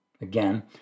Again